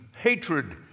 hatred